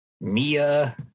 Mia